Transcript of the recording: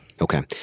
Okay